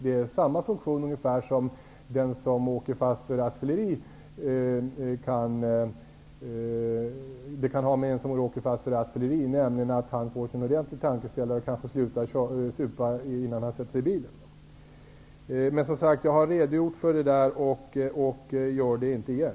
Det är ungefär samma funktion som det kan vara för den som åker fast för rattfylleri, nämligen att han får sig en ordentlig tankeställare och kanske slutar supa innan han sätter sig i bilen. Men, som sagt, jag har redan redogjort för detta och gör det inte igen.